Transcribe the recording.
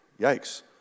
Yikes